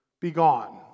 Begone